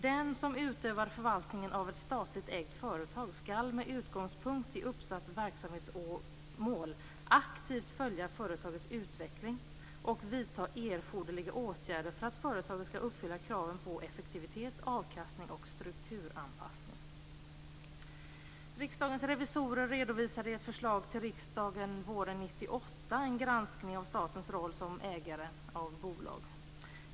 Den som utövar förvaltningen av ett statligt ägt företag skall med utgångspunkt i uppsatt verksamhetsmål aktivt följa företagets utveckling och vidta erforderliga åtgärder för att företaget skall uppfylla kraven på effektivitet, avkastning och strukturanpassning. Riksdagens revisorer redovisade i ett förslag till riksdagen våren 1998 en granskning av statens roll som ägare av bolag.